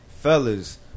fellas